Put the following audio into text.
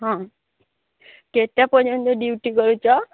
ହଁ କେତେ ପର୍ଯ୍ୟନ୍ତ ଡ୍ୟୁଟି କରୁଛ